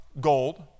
gold